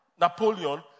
Napoleon